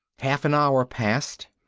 half an hour passed.